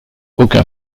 aucun